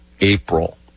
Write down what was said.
April